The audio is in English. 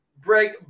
break